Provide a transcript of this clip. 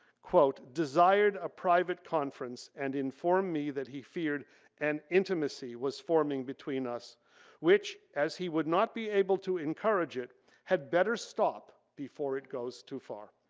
quote, desired a private conference and informed me that he feared an intimacy was forming between us which as he would not be able to encourage it had better stop before it goes too far.